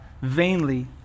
vainly